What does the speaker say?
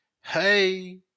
Hey